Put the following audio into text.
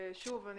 שוב אני